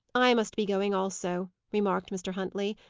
i must be going also, remarked mr. huntley.